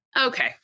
Okay